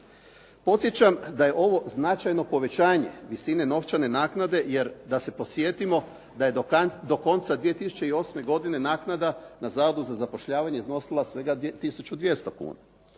Podsjećam da je ovo značajno povećanje visine novčane naknade, jer da se podsjetimo da je do konca 2008. godine naknada na Zavodu za zapošljavanje iznosila svega 1200 kn.